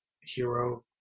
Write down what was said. hero